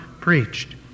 preached